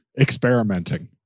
experimenting